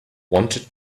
wanted